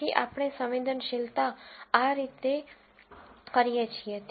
તેથી આપણે સંવેદનશીલતા આ રીતે કરીએ છીએ